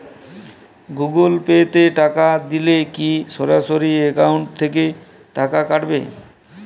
Google Pay তে টাকা দিলে কি সরাসরি অ্যাকাউন্ট থেকে টাকা কাটাবে?